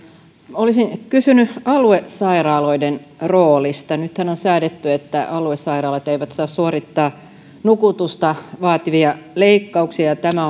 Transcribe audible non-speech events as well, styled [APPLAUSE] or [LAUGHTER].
olisin kysynyt aluesairaaloiden roolista nythän on säädetty että aluesairaalat eivät saa suorittaa nukutusta vaativia leikkauksia ja tämä [UNINTELLIGIBLE]